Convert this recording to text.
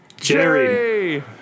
Jerry